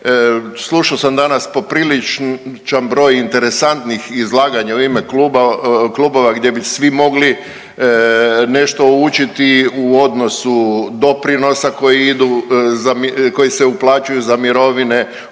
Slušao sam danas popriličan broj interesantnih izlaganja u ime klubova gdje bi svi mogli nešto učiti u odnosu doprinosa koji idu, koji se uplaćuju za mirovine, u